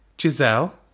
Giselle